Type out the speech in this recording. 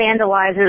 vandalizes